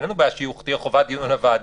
אין לנו בעיה שתהיה חובת דיון לוועדה